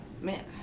Man